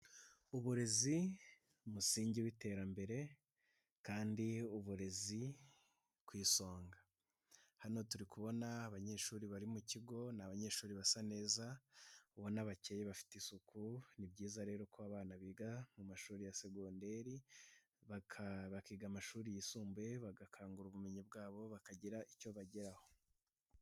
Uburezi umusingi w'iterambere, kandi uburezi ku isonga, hano turi kubona abanyeshuri bari mu kigo ni abanyeshuri basa neza, ubona bakeye bafite isuku, ni byiza rero ko abana biga mu mashuri ya segonderi, bakiga amashuri yisumbuye bagakangura ubumenyi bwabo bakagira icyo bageraho.